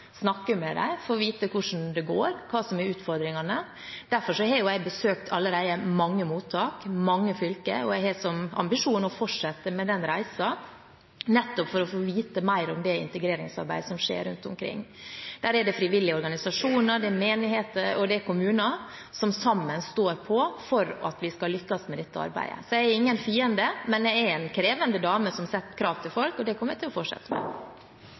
snakke med dem, få vite hvordan det går, og hva som er utfordringene. Derfor har jeg allerede besøkt mange mottak og mange fylker, og jeg har som ambisjon å fortsette med den reisen, nettopp for å få vite mer om integreringsarbeidet som skjer rundt omkring. Der er det frivillige organisasjoner, menigheter og kommuner som sammen står på for at vi skal lykkes med dette arbeidet. Så jeg har ingen fiender, men jeg er en krevende dame som setter krav til folk, og det kommer jeg til å fortsette med.